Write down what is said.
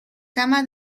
cama